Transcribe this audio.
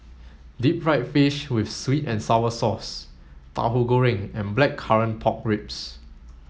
deep fried fish with sweet and sour sauce tahu Goreng and blackcurrant pork ribs